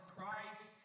Christ